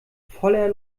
voller